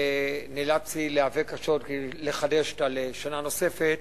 ונאלצתי להיאבק קשות כדי לחדש אותה לשנה נוספת,